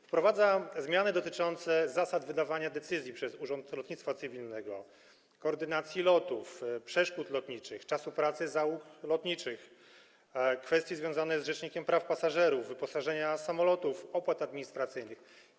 Wprowadza on zmiany dotyczące zasad wydawania decyzji przez Urząd Lotnictwa Cywilnego, koordynacji lotów, przeszkód lotniczych, czasu pracy załóg lotniczych, kwestie związane z rzecznikiem praw pasażerów, dotyczące wyposażenia samolotów, opłat administracyjnych.